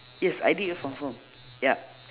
yes I did from home yup